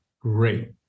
great